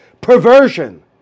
perversion